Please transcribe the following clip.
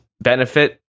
benefit